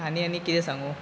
आनी आनी कितें सांगूं